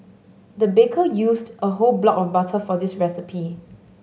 the baker used a whole block of butter for this recipe